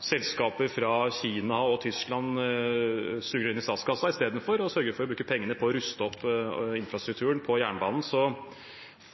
selskaper fra Kina og Tyskland sugerør inn i statskassa istedenfor å sørge for å bruke pengene på å ruste opp infrastrukturen på jernbanen.